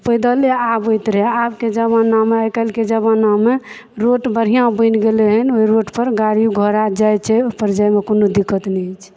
पैदले आबैत रहै आब के ज़माना मे आइ काल्हि के ज़माना मे रोड बढ़िऑं बनि गेलै हन ओहि रोड पर गाड़ी घोड़ा जाइ छै ओहि पर जाय मे कोनो दिक्कत नहि होइ छै